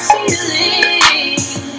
Feeling